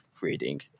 reading